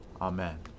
Amen